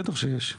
בטח שיש.